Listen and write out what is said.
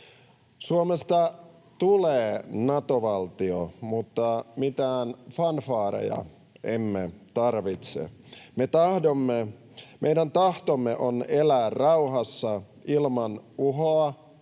Suomesta tulee Nato-valtio, mutta mitään fanfaareja emme tarvitse. Meidän tahtomme on elää rauhassa ilman uhoa